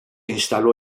instaló